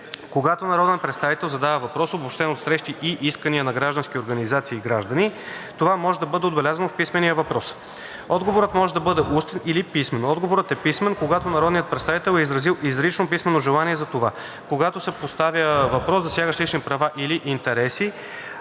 Когато народен представител задава въпрос, обобщен от срещи и искания на граждански организации и граждани, това може да бъде отбелязано в писмения въпрос. Отговорът може да бъде устен или писмен. Отговорът е писмен, когато народният представител е изразил изрично писмено желание за това, когато се поставя въпрос, засягащ лични права или интереси,